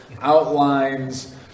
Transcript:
outlines